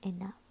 enough